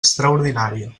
extraordinària